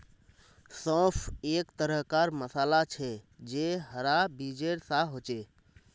सौंफ एक तरह कार मसाला छे जे हरा बीजेर सा होचे